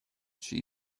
she